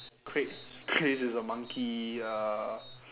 chri~ chris is a monkey ya